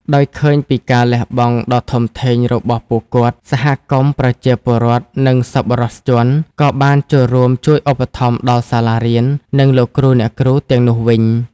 ដោយឃើញពីការលះបង់ដ៏ធំធេងរបស់ពួកគាត់ សហគមន៍ ប្រជាពលរដ្ឋ និងសប្បុរសជន ក៏បានចូលរួមជួយឧបត្ថម្ភដល់សាលារៀន និងលោកគ្រូអ្នកគ្រូទាំងនោះវិញ។